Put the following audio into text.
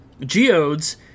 geodes